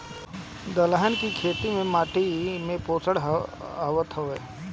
दलहन के खेती कईला से भी माटी में पोषण आवत हवे